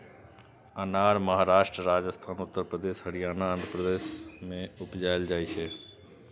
अनार महाराष्ट्र, राजस्थान, उत्तर प्रदेश, हरियाणा, आंध्र प्रदेश मे उपजाएल जाइ छै